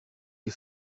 les